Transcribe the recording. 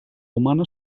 humana